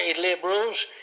liberals